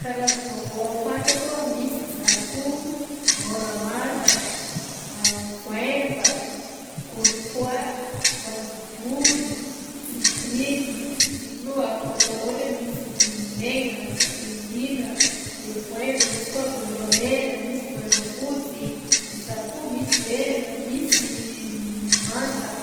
Karazagna voa fantako a: misy zaricot, môramasaka, voaimba, gros pois, voanjombory, tsidimy, tsidimy io afaka ataonao ohatra hoe misy sidimy maigna, sidimy lina. De voaimba misy koa voaimba mena, misy voaimba fosy, de zaricot misy maigna, misy manta.